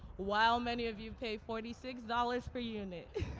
while many of you pay forty six dollars per unit.